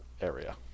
area